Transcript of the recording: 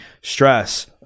stress